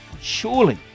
surely